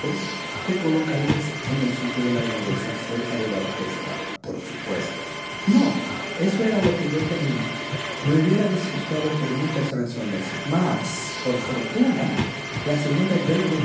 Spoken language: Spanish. te colocarias en el sitio de la grandeza cerca de la orquesta por supuesto no eso era lo que yo temía me hubiera disgustado por muchas razones mas por fortuna la señora